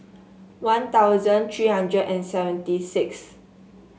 One Thousand three hundred and seventy six